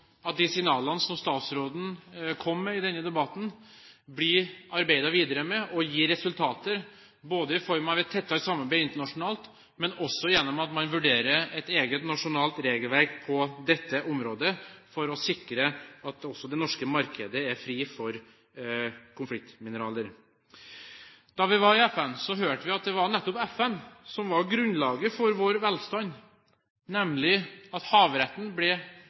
at de signalene som statsråden kom med i denne debatten, blir arbeidet videre med og gir resultater både i form av et tettere samarbeid internasjonalt og gjennom at man vurderer et eget nasjonalt regelverk på dette området for å sikre at også det norske markedet er fritt for konfliktmineraler. Da vi var i FN, hørte vi at det var nettopp FN som la grunnlaget for vår velstand, nemlig at havretten ble